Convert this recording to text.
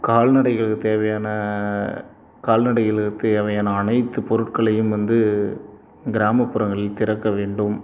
கால்நடைகளுக்கு தேவையான கால்நடைகளுக்கு தேவையான அனைத்து பொருட்களையும் வந்து கிராமப்புறங்களில் திறக்க வேண்டும்